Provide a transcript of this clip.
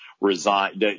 resign